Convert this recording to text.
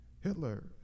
hitler